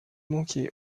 manquait